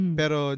pero